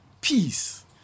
peace